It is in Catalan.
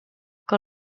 que